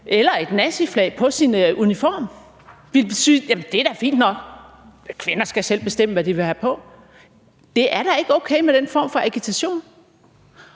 Ville ordføreren sige: Jamen er det da fint nok; kvinder skal selv bestemme, hvad de vil have på? Det er da ikke okay med den form for agitation.